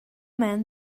man